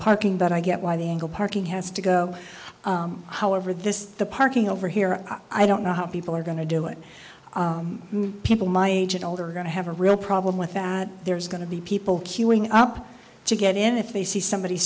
parking that i get why the angle parking has to go however this the parking over here i don't know how people are going to do it people my age and older are going to have a real problem with that there's going to be people queuing up to get in if they see somebody